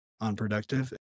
unproductive